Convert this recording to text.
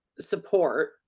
support